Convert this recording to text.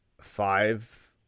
five